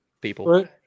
people